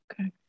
Okay